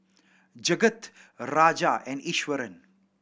Jagat Raja and Iswaran